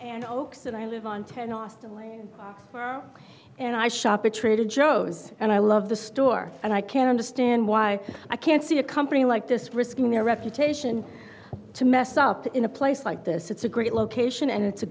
and hawks and i live on ten austin and i shop at trader joe's and i love the store and i can't understand why i can't see a company like this risking their reputation to mess up in a place like this it's a great location and it's a